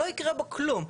שלא יקרה בו כלום.